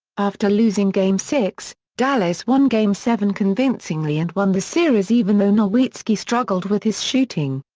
after losing game six, dallas won game seven convincingly and won the series even though nowitzki struggled with his shooting.